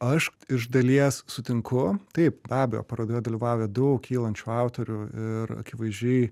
aš iš dalies sutinku taip be abejo parodoje dalyvavę daug kylančių autorių ir akivaizdžiai